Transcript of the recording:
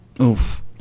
Oof